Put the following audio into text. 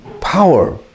power